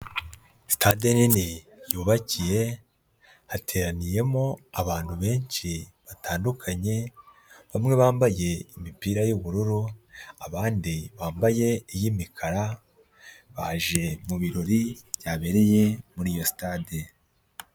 Sitade nini yubakiye hateraniyemo abantu benshi batandukanye, bamwe bambaye imipira y'ubururu abandi bambaye iy'imikara baje mu birori byabereye mur'iyo sitade.